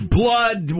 blood